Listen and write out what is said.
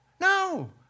No